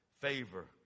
favor